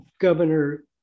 Governor